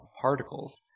particles